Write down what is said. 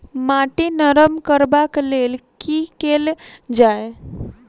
माटि नरम करबाक लेल की केल जाय?